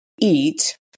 eat